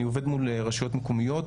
אני עובד מול רשויות מקומיות,